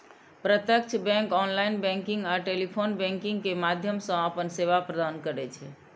प्रत्यक्ष bank online banking आ telephone banking के माध्यम सं अपन सेवा प्रदान करै छै